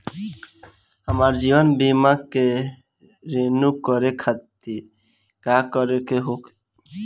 हमार जीवन बीमा के रिन्यू करे खातिर का करे के होई?